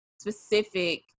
specific